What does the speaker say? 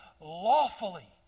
lawfully